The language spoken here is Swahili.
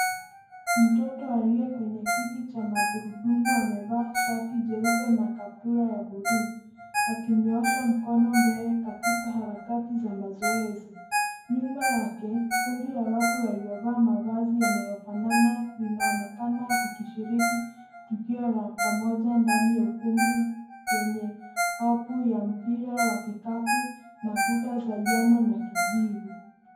Mtoto aliye kwenye kiti cha magurudumu amevaa shati jeupe na kaptura ya buluu akinyoosha mkono mbele katikaharakati za mazoezi. Nyuma yake, kundi la watu waliovaamavazi yanayofanana linaonekana likishiriki tukio la pamoja ndani ya ukumbi wenye hopu ya mpira wa vikapu na kuta za njano na kijivu.